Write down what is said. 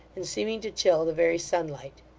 and seeming to chill the very sunlight.